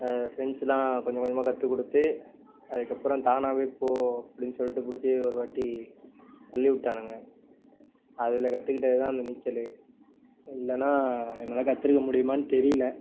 ஃப்ரெண்ட்ஸெலாம் கொஞ்சம் கொஞ்சமாக கற்றுக் கொடுத்து அதுக்கப்புறம் தானாகவே போ அப்படின்னு சொல்லிட்டு பிடிச்சு ஒரு வாட்டி தள்ளிவிட்டானுங்க அதில் கற்றுக்கிட்டதுதான் அந்த நீச்சல் இல்லைனா என்னால் கற்றிருக்க முடியுமான்னு தெரியல